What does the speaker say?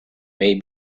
may